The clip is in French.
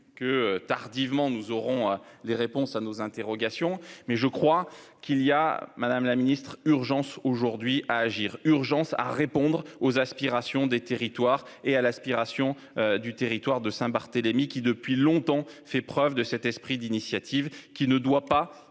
que tardivement. Nous aurons les réponses à nos interrogations. Mais je crois qu'il y a madame la Ministre urgence aujourd'hui à agir urgence à répondre aux aspirations des territoires et à l'aspiration du territoire de Saint-Barthélemy qui depuis longtemps fait preuve de cet esprit d'initiative qui ne doit pas